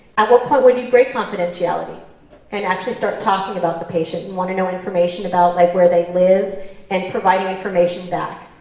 at what point would you break confidentiality and actually start talking about the patient and want to know information about, like, where they live and providing information back.